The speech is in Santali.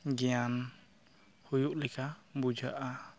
ᱜᱮᱭᱟᱱ ᱦᱩᱭᱩᱜ ᱞᱮᱠᱟ ᱵᱩᱡᱷᱟᱹᱜᱼᱟ